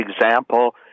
example